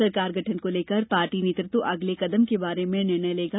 सरकार गठन को लेकर पार्टी नेतृत्व अगले कदम के बारे में निर्णय लेगा